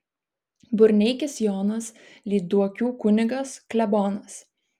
burneikis jonas lyduokių kunigas klebonas